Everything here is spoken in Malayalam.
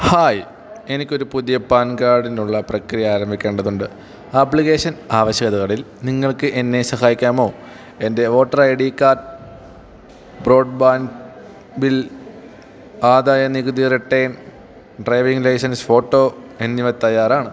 ഹായ് എനിക്കൊരു പുതിയ പാൻ കാഡിനുള്ള പ്രക്രിയ ആരംഭിക്കേണ്ടതുണ്ട് ആപ്ലിക്കേഷൻ ആവശ്യകതകളിൽ നിങ്ങൾക്ക് എന്നെ സഹായിക്കാമോ എൻ്റെ voter I D card broadband bill ആദായനികുതി റിട്ടേൺ ഡ്രൈവിംഗ് ലൈസൻസ് ഫോട്ടോ എന്നിവ തയ്യാറാണ്